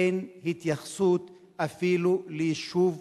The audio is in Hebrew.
אין התייחסות אפילו ליישוב